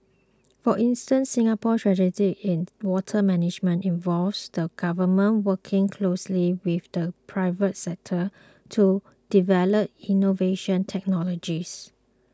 for instance Singapore's strategy in water management involves the Government working closely with the private sector to develop innovative technologies